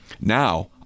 Now